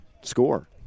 score